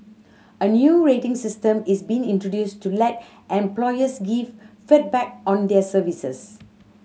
a new rating system is being introduced to let employers give feedback on their services